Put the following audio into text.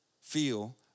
feel